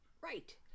right